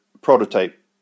prototype